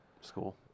school